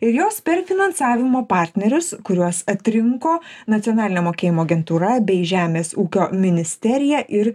ir jos per finansavimo partnerius kuriuos atrinko nacionalinė mokėjimo agentūra bei žemės ūkio ministerija ir